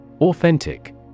Authentic